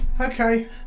okay